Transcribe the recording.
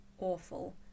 awful